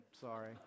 Sorry